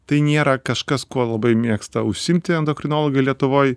tai niera kažkas kuo labai mėgsta užsiimti endokrinologai lietuvoj